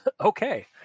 Okay